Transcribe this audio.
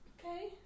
Okay